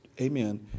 amen